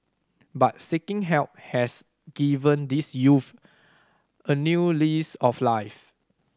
but seeking help has given these youths a new lease of life